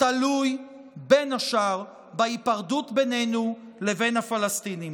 תלוי בין השאר בהיפרדות ביננו לבין הפלסטינים.